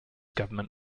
government